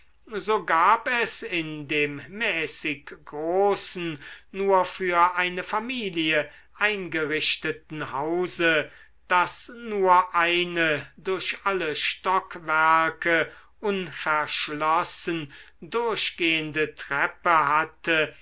so gab es in dem mäßig großen nur für eine familie eingerichteten hause das nur eine durch alle stockwerke unverschlossen durchgehende treppe hatte